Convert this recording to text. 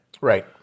right